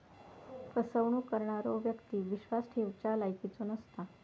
फसवणूक करणारो व्यक्ती विश्वास ठेवच्या लायकीचो नसता